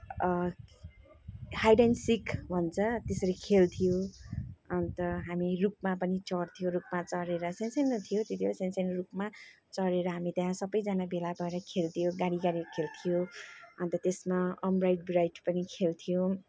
hide and seek भन्छ त्यसरी खेल्थ्यौँ अन्त हामी रुखमा पनि चढ्थ्यौँ रुखमा चढेर चाहिँ सानसानो थियौँ त्यति बेला सानसानो रुखमा चढेर हामी त्यहाँ सबैजना भेला भएर खेल्थ्यौँ गाडी गाडी खेल्थ्यौँ अन्त त्यसमा अमराइड ब्राइड पनि खेल्थ्यौँ